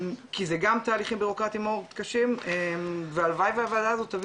כל זה גם תהליכים ביורוקרטים מאוד קשים והלוואי והוועדה הזאת תביא